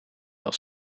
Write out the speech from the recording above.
als